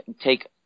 take